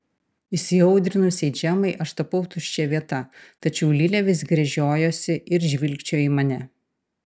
įsiaudrinusiai džemai aš tapau tuščia vieta tačiau lilė vis gręžiojosi ir žvilgčiojo į mane